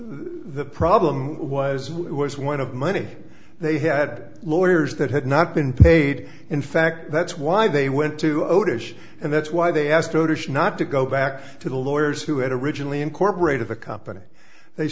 the problem was it was one of money they had lawyers that had not been paid in fact that's why they went to otis and that's why they asked voters not to go back to the lawyers who had originally incorporate of the company they